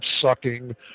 sucking